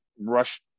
rush